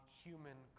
human